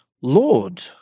Lord